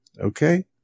Okay